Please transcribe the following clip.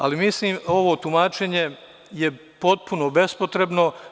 Ali, mislim ovo tumačenje je potpuno bespotrebno.